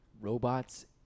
Robots